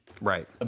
right